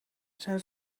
zijn